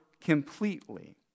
completely